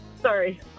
sorry